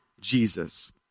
Jesus